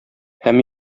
һәм